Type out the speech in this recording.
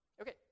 Okay